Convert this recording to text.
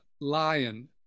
lion